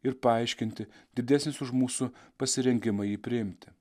ir paaiškinti didesnis už mūsų pasirengimą jį priimti